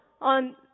on